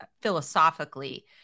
philosophically